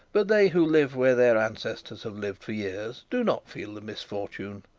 but they who live where their ancestors have lived for years, do not feel the misfortune.